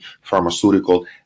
pharmaceutical